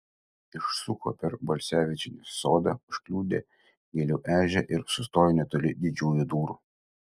išsuko per balsevičienės sodą užkliudė gėlių ežią ir sustojo netoli didžiųjų durų